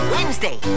Wednesday